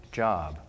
job